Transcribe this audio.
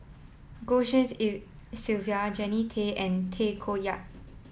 Goh Tshin En Sylvia Jannie Tay and Tay Koh Yat